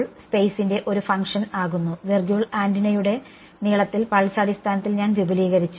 സ്പെയ്സിന്റെ ഒരു ഫംഗ്ഷൻ ആകുന്നു ആന്റിനയുടെ നീളത്തിൽ പൾസ് അടിസ്ഥാനത്തിൽ ഞാൻ വിപുലീകരിച്ചു